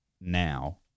now